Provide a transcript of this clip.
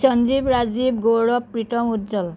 Sanjeev Rajiv Gaurav Pritam Ujjwal